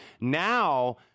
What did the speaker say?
now